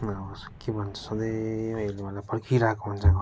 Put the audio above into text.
मा आउँछ के भन्छ सधैँ यसले मलाई पर्खिरहेको हुन्छ घरमा